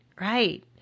Right